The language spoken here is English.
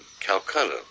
Calcutta